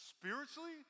spiritually